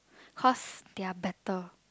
cause they're better